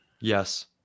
Yes